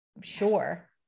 sure